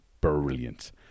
brilliant